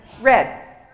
Red